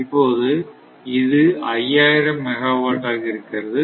இப்போது இது 5000 மெகாவாட் ஆக இருக்கிறது